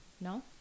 No